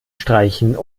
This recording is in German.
streichen